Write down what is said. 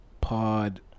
Pod